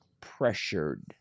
pressured